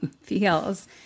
feels